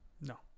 No